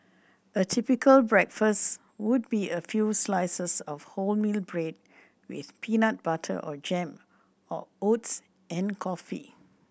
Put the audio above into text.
a typical breakfast would be a few slices of wholemeal bread with peanut butter or jam or oats and coffee